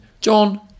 John